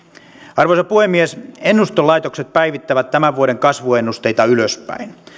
arvoisa puhemies ennustelaitokset päivittävät tämän vuoden kasvuennusteita ylöspäin